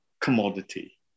commodity